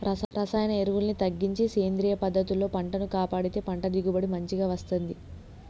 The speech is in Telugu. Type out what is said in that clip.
రసాయన ఎరువుల్ని తగ్గించి సేంద్రియ పద్ధతుల్లో పంటను కాపాడితే పంట దిగుబడి మంచిగ వస్తంది